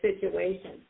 situation